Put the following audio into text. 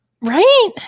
Right